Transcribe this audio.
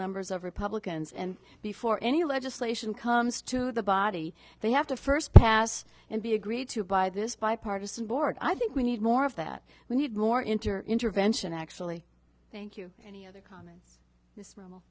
members of republicans and before any legislation comes to the body they have to first pass and be agreed to by this bipartisan board i think we need more of that we need more interview intervention actually thank you any other comments